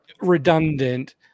redundant